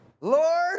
Lord